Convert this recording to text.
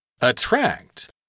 attract